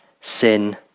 sin